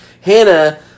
Hannah